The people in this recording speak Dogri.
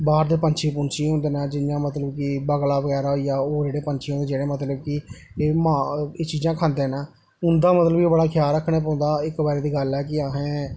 बाह्र दे पंछी पूंछी होंदे न जियां मतलब कि बगला बगैरा होई गेआ ओह् जेह्ड़े पंछी बगैरा होंदे जेह्ड़े मतलब कि ओह् जेह्ड़े एह् चीज़ां खंदे न उं'दा मतलब कि बड़ा ख्याल रक्खना पौंदा ऐ इक बारी दी गल्ल ऐ कि असें